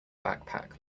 backpack